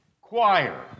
choir